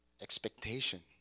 expectation